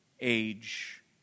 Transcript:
age